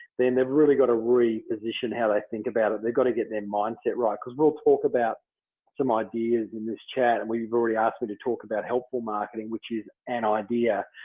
then they've really got to reposition how they think about it. they've got to get their mindset right. because we'll talk about some ideas in this chat and we've already asked me to talk about helpful marketing which is an idea.